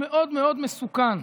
מאוד מאוד מסוכן: